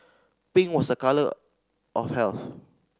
pink was a colour of health